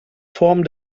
form